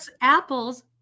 apples